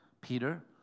Peter